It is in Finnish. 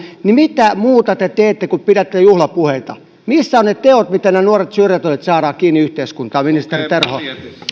niin mitä muuta te teette kuin pidätte juhlapuheita missä ovat ne teot miten nämä nuoret syrjäytyneet saadaan kiinni yhteiskuntaan ministeri terho